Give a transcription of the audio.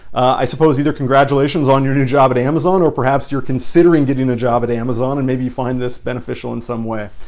i suppose either congratulations on your new job at amazon or perhaps you're considering getting a job at amazon and maybe you find this beneficial in some way.